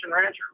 rancher